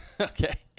Okay